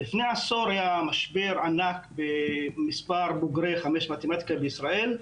לפני עשור היה משבר ענק במספר בוגרי חמש מתמטיקה בישראל,